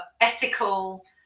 ethical